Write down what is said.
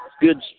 Good